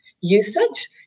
usage